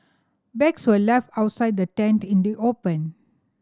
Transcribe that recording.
bags were left outside the tent in the open